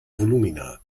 volumina